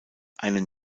einen